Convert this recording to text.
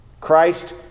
Christ